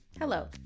Hello